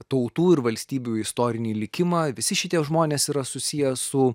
tautų ir valstybių istorinį likimą visi šitie žmonės yra susiję su